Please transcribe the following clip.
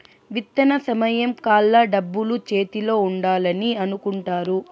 విత్తన సమయం కల్లా డబ్బులు చేతిలో ఉండాలని అనుకుంటారు